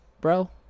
bro